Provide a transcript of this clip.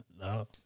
No